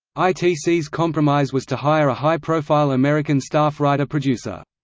itc's compromise was to hire a high-profile american staff writer-producer.